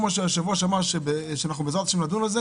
מי שהולך לקנות דירה - אנחנו לא הולכים להקשות עליו.